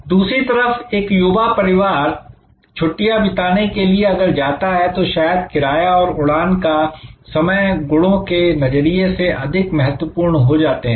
दूसरी तरफ एक युवा परिवार छुट्टियां बिताने के लिए अगर जाता है तो शायद किराया और उड़ान का समय गुणों के नजरिए से अधिक महत्वपूर्ण हो जाते हैं